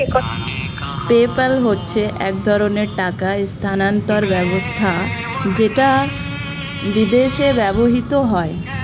PayPal হচ্ছে এক ধরণের টাকা স্থানান্তর ব্যবস্থা যেটা বিদেশে ব্যবহৃত হয়